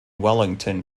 wellington